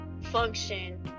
function